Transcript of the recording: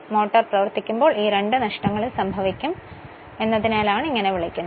motor പ്രവർത്തിക്കുമ്പോൾ ഈ രണ്ടും നഷ്ടങ്ങളും സംഭവിക്കുമെന്നതിനാലാണ് ഇങ്ങനെ വിളിക്കുന്നത്